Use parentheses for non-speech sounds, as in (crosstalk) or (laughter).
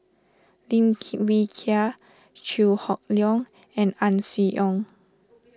Lim (unintelligible) Wee Kiak Chew Hock Leong and Ang Swee Aun